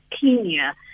Kenya